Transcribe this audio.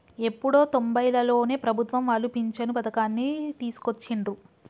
ఎప్పుడో తొంబైలలోనే ప్రభుత్వం వాళ్ళు పించను పథకాన్ని తీసుకొచ్చిండ్రు